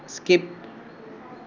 skip